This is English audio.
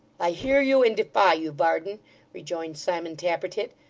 i hear you, and defy you, varden rejoined simon tappertit.